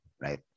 right